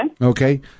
Okay